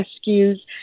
rescues